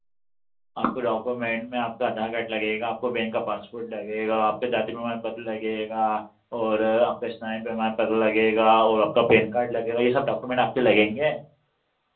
आपके डॉक्यूमेन्ट में आपका आधार कार्ड लगेगा आपको बैंक का पासपोर्ट लगेगा आपके जाति प्रमाण पत्र लगेगा और आपके साइन प्रमाण पत्र लगेगा और आपका पेन कार्ड लगेगा ये सब डॉक्युमेंट आपके लगेंगे